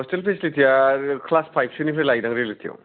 hostel पेचिलिटिया class पाइभसोनिफ्राय लायोदां रिएलिटियाव